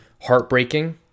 heartbreaking